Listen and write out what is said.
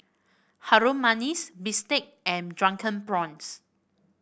Harum Manis bistake and Drunken Prawns